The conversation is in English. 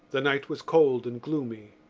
the night was cold and gloomy.